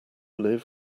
liv